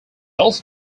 also